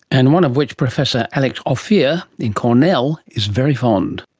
and one of which professor alex ophir in cornell is very fond.